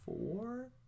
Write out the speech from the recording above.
Four